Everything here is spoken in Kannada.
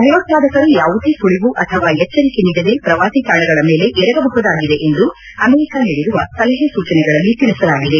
ಭಯೋತ್ವಾದಕರು ಯಾವುದೇ ಸುಳಿವು ಅಥವಾ ಎಚ್ಲರಿಕೆ ನೀಡದೆ ಶ್ರವಾಸಿ ತಾಣಗಳ ಮೇಲೆ ಎರಗಬಹುದಾಗಿದೆ ಎಂದು ಅಮೆರಿಕ ನೀಡಿರುವ ಸಲಹೆ ಸೂಚನೆಗಳಲ್ಲಿ ತಿಳಿಸಲಾಗಿದೆ